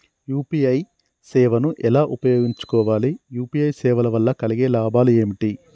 UPI సేవను ఎలా ఉపయోగించు కోవాలి? యూ.పీ.ఐ సేవల వల్ల కలిగే లాభాలు ఏమిటి?